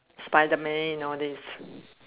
Spiderman all these